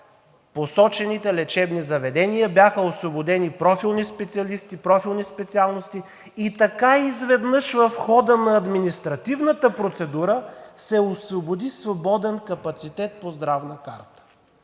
посочените лечебни заведения, бяха освободени профилни специалисти, профилни специалности и така изведнъж в хода на административната процедура се освободи свободен капацитет по Здравна карта.